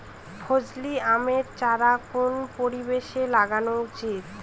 ফজলি আমের চারা কোন পরিবেশে লাগানো উচিৎ?